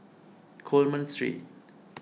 Coleman Street